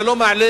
זה לא מעלה